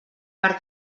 per